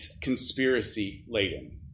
conspiracy-laden